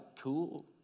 cool